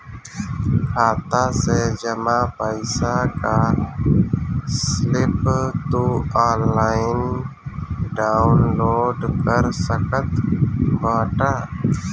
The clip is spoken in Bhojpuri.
खाता से जमा पईसा कअ स्लिप तू ऑनलाइन डाउन लोड कर सकत बाटअ